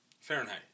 Fahrenheit